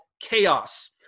chaos